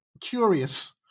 curious